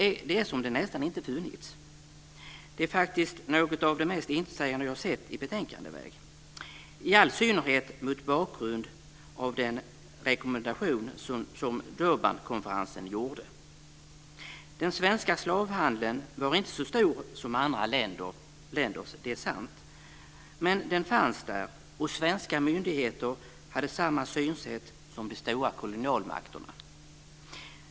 Det är som den nästan inte funnits. Det är något av det mest intetsägande jag sett i betänkandeväg, i all synnerhet mot bakgrund av den rekommendation som Durbankonferensen gjorde. Den svenska slavhandeln var inte så stor som ändra länders. Det är sant. Men den fanns där, och svenska myndigheter hade samma synsätt som de stora kolonialmakterna.